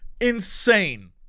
insane